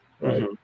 Right